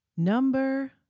Number